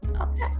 okay